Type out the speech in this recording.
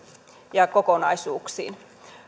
ja kokonaisuuksiin